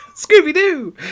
Scooby-Doo